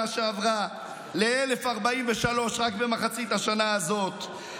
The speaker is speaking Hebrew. שעברה ל-1,043 רק במחצית השנה הזאת,